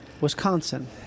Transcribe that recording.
Wisconsin